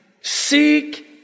Seek